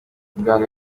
umuganga